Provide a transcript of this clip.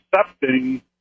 accepting